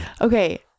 okay